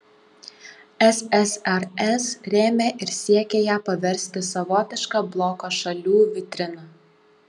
ssrs rėmė ir siekė ją paversti savotiška bloko šalių vitrina